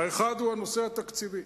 האחד הוא הנושא התקציבי,